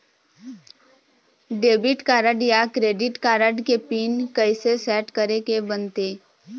Debit card या credit card के PIN कइसे सेट करे के बनते?